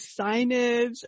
signage